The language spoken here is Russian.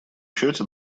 счете